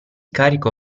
carico